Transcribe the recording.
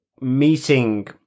meeting